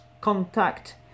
contact